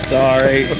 sorry